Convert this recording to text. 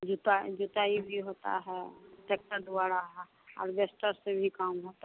जीत जुताई भी होता है ट्रैक्टर द्वारा हार्वेसटर से भी का होता है